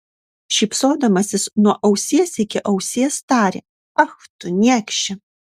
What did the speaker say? šypsodamasis nuo ausies iki ausies tarė ach tu niekše